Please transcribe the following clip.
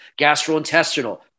gastrointestinal